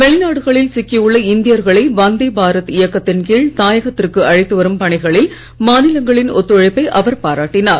வெளிநாடுகளில் சிக்கியுள்ள இந்தியர்களை வந்தே பாரத் இயக்கத்தின் கீழ் தாயகத்திற்கு அழைத்து வரும் பணிகளில் மாநிலங்களின் ஒத்துழைப்பை அவர் பாராட்டினார்